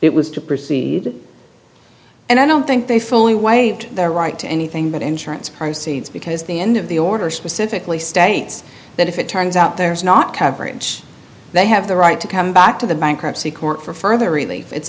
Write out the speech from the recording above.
it was to proceed and i don't think they fully waived their right to anything but insurance proceeds because the end of the order specifically states that if it turns out there's not coverage they have the right to come back to the bankruptcy court for further relief it's